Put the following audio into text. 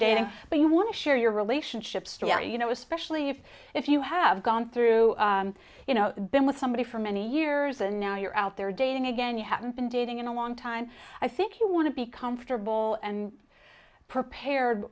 dating but you want to share your relationships you know especially if if you have gone through you know been with somebody for many years and now you're out there dating again you haven't been dating in a long time i think you want to be comfortable and prepared